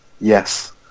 Yes